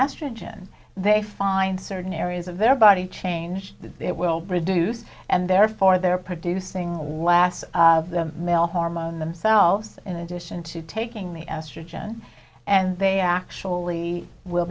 estrogen they find certain areas of their body change that it will produce and therefore they're producing a last male hormone themselves in addition to taking the estrogen and they actually will